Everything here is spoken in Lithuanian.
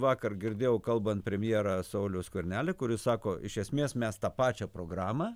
vakar girdėjau kalbant premjerą saulių skvernelį kuris sako iš esmės mes tą pačią programą